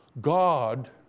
God